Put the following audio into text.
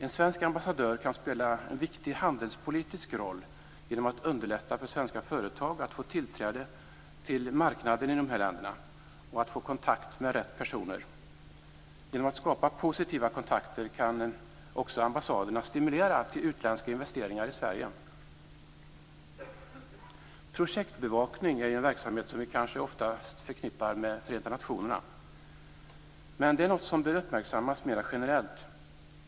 En svensk ambassadör kan spela en viktig handelspolitisk roll genom att underlätta för svenska företag att få tillträde till marknaden i dessa länder och att få kontakt med rätt personer. Genom att skapa positiva kontakter kan ambassaderna också stimulera till utländska investeringar i Sverige. Projektbevakning är ju en verksamhet som vi kanske oftast förknippar med Förenta nationerna. Men det är något som bör uppmärksammas mera generellt.